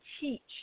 teach